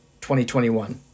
2021